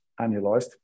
annualized